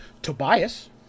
Tobias